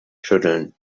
schütteln